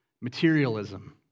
materialism